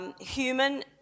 human